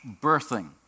birthing